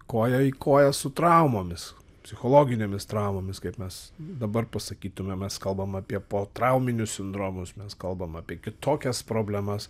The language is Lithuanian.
koja į koją su traumomis psichologinėmis traumomis kaip mes dabar pasakytume mes kalbame apie potrauminius sindromus mes kalbam apie kitokias problemas